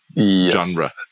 genre